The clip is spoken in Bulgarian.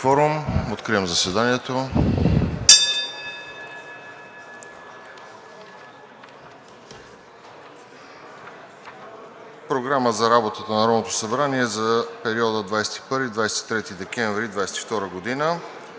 Откривам заседанието. (Звъни.) Програма за работата на Народното събрание за периода 21 –23 декември 2022 г.: „1.